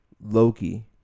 loki